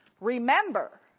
remember